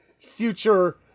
future